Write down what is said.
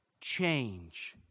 change